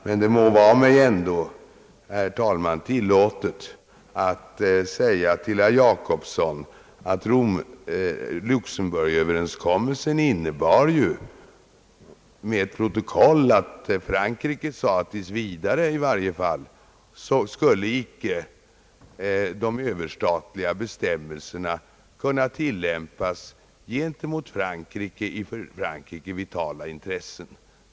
Men det må ändå, herr talman, vara mig tillåtet att säga till herr Gösta Jacobsson att Luxemburgöverenskommelsen ju innebar — med protokoll — att Frankrike uttalade att de överstatliga bestämmelserna i varje fall tills vidare icke skulle kunna tillämpas gentemot Frankrike och för Frankrike vitala intressen.